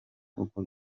uko